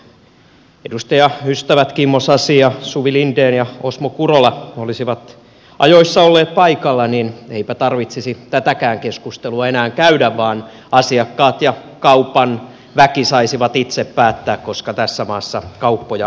eli jos edustajaystävät kimmo sasi ja suvi linden ja osmo kurola olisivat ajoissa olleet paikalla niin eipä tarvitsisi tätäkään keskustelua enää käydä vaan asiakkaat ja kaupan väki saisivat itse päättää koska tässä maassa kauppoja auki pidetään